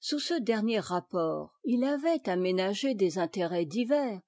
sous ce dernier rapport il avait des intérêts divers